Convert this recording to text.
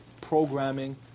programming